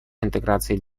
интеграции